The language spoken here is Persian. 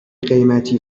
قیمتی